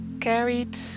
carried